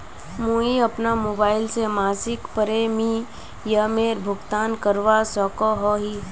मुई अपना मोबाईल से मासिक प्रीमियमेर भुगतान करवा सकोहो ही?